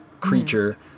creature